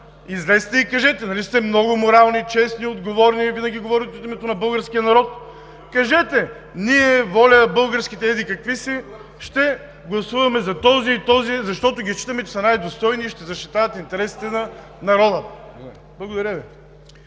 Излезте и кажете – нали сте много морални и честни, отговорни и винаги говорите от името на българския народ. Кажете: „Ние, ВОЛЯ – Българските еди какви си – ще гласуваме за този и този, защото ги считаме, че са най-достойни и ще защитават интересите на народа.“ Благодаря Ви.